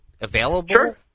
available